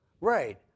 Right